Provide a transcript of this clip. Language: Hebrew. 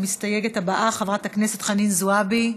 המסתייגת הבאה, חברת הכנסת חנין זועבי,